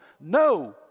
no